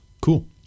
Cool